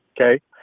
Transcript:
Okay